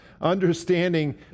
understanding